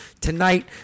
tonight